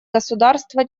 государства